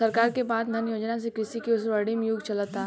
सरकार के मान धन योजना से कृषि के स्वर्णिम युग चलता